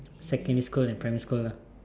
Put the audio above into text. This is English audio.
secondary school and primary school lah